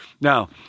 now